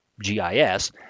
GIS